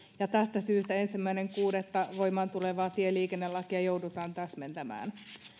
ja tästä syystä ensimmäinen kuudetta voimaan tulevaa tieliikennelakia joudutaan täsmentämään